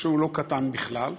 שהוא לא קטן בכלל,